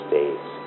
Days